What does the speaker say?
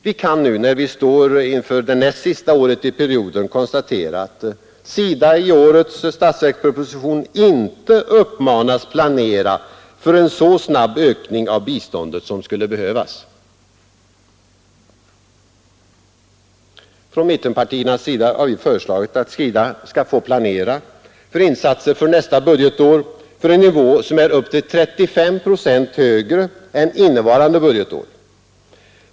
Vi kan nu, när vi står inför det näst sista året i perioden, konstatera att SIDA i årets statsverksproposition inte uppmanas planera för en så snabb ökning av biståndet som skulle behövas. Från mittenpartierna har vi föreslagit att SIDA skall få planera för insatser för nästa budgetår för en nivå som är upp till 35 procent högre än innevarande budgetår.